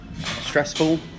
stressful